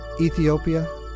Ethiopia